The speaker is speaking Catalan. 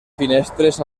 finestres